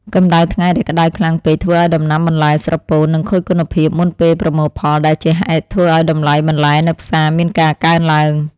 កម្ដៅថ្ងៃដែលក្តៅខ្លាំងពេកធ្វើឱ្យដំណាំបន្លែស្រពោន និងខូចគុណភាពមុនពេលប្រមូលផលដែលជាហេតុធ្វើឱ្យតម្លៃបន្លែនៅផ្សារមានការកើនឡើង។